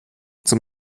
zum